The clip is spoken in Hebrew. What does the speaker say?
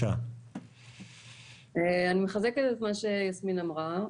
אני מחזקת את מה שיסמין אמרה.